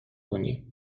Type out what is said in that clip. کنی